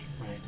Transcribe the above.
right